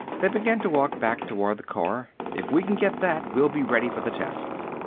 they began to walk back toward the car. if we can get that we'll be ready for the tests.